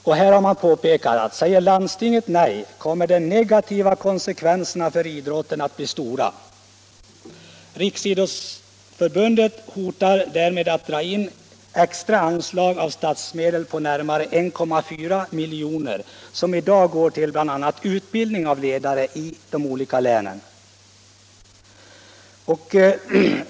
Därvid har påpekats att om landstingen säger nej, kommer de negativa konsekvenserna för idrotten att bli stora. Riksidrottsförbundet hotar då med att dra in extra anslag av statsmedel på närmare 1.4 milj.kr.. som i dag går till bl.a. utbildning av ledare i de olika länen.